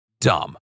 dumb